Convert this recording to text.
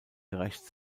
gerecht